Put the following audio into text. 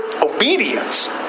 obedience